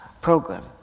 program